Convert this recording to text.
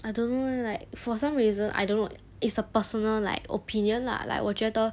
I don't know leh like for some reason I don't know it's a personal like opinion lah like 我觉得